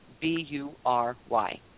B-U-R-Y